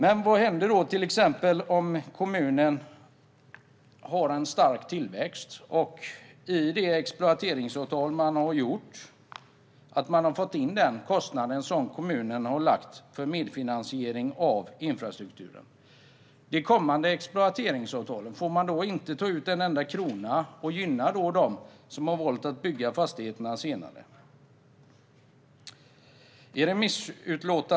Vad händer då till exempel om kommunen har en stark tillväxt och i det exploateringsavtal man har slutit fått in den kostnad som kommunen har betalat för medfinansiering av infrastruktur? Får man då inte med de kommande exploateringsavtalen ta ut en enda krona och gynna dem som har valt att bygga fastigheterna senare?